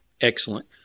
Excellent